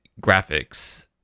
graphics